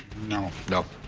no. no.